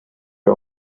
are